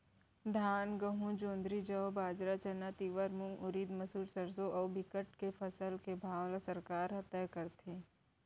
धान, गहूँ, जोंधरी, जौ, बाजरा, चना, तिंवरा, मूंग, उरिद, मसूर, सरसो अउ बिकट के फसल के भाव ल सरकार ह तय करथे